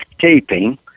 taping